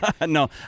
No